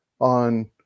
on